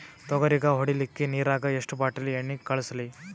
ತೊಗರಿಗ ಹೊಡಿಲಿಕ್ಕಿ ನಿರಾಗ ಎಷ್ಟ ಬಾಟಲಿ ಎಣ್ಣಿ ಕಳಸಲಿ?